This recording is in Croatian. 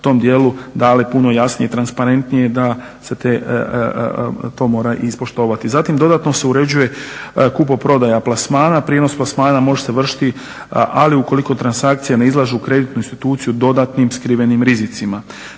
dale puno jasnije, transparentnije da se to mora ispoštovati. Zatim dodatno se uređuje kupoprodaja plasmana, prijenos plasmana može se vršiti ali ukoliko transakcija ne izlažu kreditnu instituciju dodatnim skrivenim rizicima.